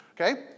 Okay